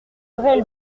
vrai